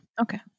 Okay